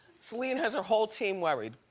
celine has her whole team worried,